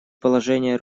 положение